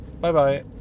Bye-bye